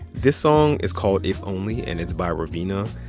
this song is called if only, and it's by raveena.